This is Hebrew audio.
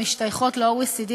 ה-OECD,